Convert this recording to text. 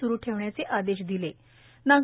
सुरू ठेवण्याचे आदेश दिलेत